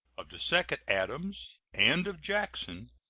of the second adams, and of jackson,